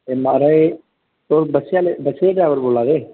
ऐ महाराज तुस बस्सै आह्ले बस्सै दे ड्रैवर बोल्ला दे